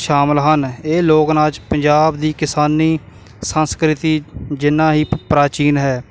ਸ਼ਾਮਿਲ ਹਨ ਇਹ ਲੋਕ ਨਾਚ ਪੰਜਾਬ ਦੀ ਕਿਸਾਨੀ ਸੰਸਕ੍ਰਿਤੀ ਜਿੰਨਾ ਹੀ ਪ੍ਰਾਚੀਨ ਹੈ